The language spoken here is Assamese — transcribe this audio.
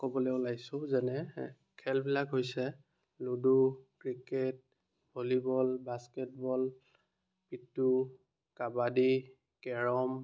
ক'বলৈ ওলাইছোঁ যেনে খেলবিলাক হৈছে ludo cricket volleyball basketball kabaddi carrom